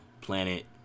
planet